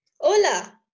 Hola